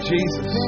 Jesus